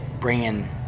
bringing